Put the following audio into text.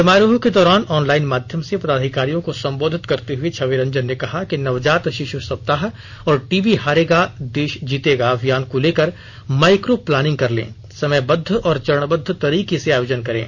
समारोह के दौरान ऑनलाइन माध्यम से पदाधिकारियों को संबोधित करते हुए छवि रंजन ने कहा कि नवजात शिश् सप्ताह और टीबी हारेगा देश जीतेगा अभियान को लेकर माइक्रो प्लानिंग कर लें समयबद्व और चरणबद्व तरीके से आयोजन करें